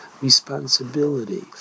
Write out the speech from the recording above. responsibility